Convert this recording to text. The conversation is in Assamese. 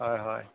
হয় হয়